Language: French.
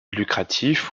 lucratif